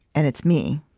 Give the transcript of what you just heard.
and it's me